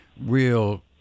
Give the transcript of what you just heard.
real